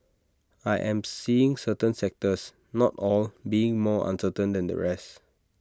I am seeing certain sectors not all being more uncertain than the rest